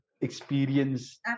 experience